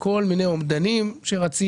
יש כל מיני אומדנים שרצים,